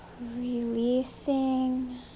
Releasing